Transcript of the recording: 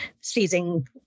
seizing